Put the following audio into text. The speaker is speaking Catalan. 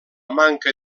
manca